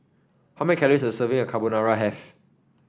how many calories does a serving of Carbonara have